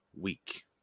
week